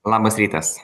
labas rytas